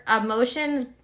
emotions